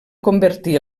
convertir